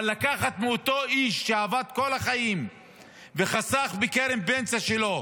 אבל לקחת מאותו איש שעבד כל החיים וחסך בקרן הפנסיה שלו,